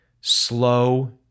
slow